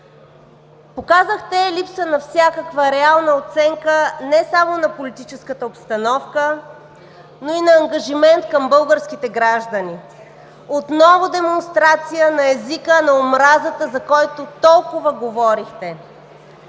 Показахте липса на всякаква реална оценка не само на политическата обстановка, но и на ангажимент към българските граждани. Отново демонстрация на езика на омразата, за който толкова говорехте.